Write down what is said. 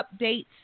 updates